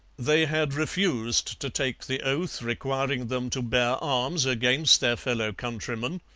they had refused to take the oath requiring them to bear arms against their fellow-countrymen.